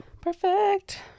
Perfect